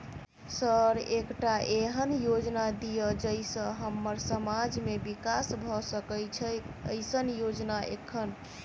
Sir एकटा एहन योजना दिय जै सऽ हम्मर समाज मे विकास भऽ सकै छैय एईसन योजना एखन?